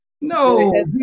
No